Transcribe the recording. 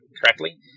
correctly